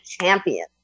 champion